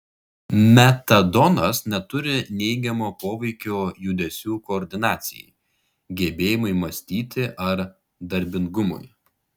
metadonas neturi neigiamo poveikio judesių koordinacijai gebėjimui mąstyti ar darbingumui